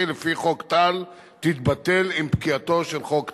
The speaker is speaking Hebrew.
לפי חוק טל תתבטל עם פקיעתו של חוק טל.